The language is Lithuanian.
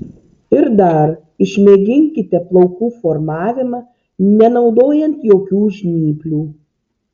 ir dar išmėginkite plaukų formavimą nenaudojant jokių žnyplių